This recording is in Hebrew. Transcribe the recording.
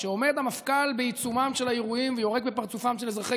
כשעומד המפכ"ל בעיצומם של האירועים ויורק בפרצופם של אזרחי